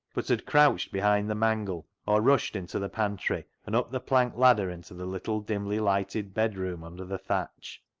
but had crouched behind the mangle, or rushed into the pantry, and up the plank ladder into the little dimly-lighted bedroom under the thatch.